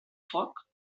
foc